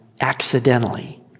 accidentally